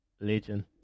Legend